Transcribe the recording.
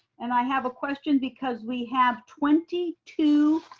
and i have a question because we have twenty two